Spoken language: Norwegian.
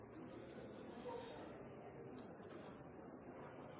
presidenten